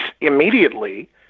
immediately